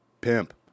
pimp